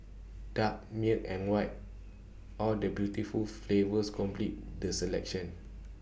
dark milk and white all the beautiful flavours complete the selection